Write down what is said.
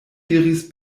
diris